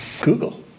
Google